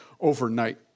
overnight